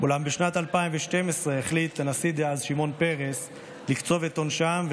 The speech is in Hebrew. אולם בשנת 2012 החליט הנשיא דאז שמעון פרס לקצוב את עונשם,